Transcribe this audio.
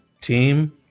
Team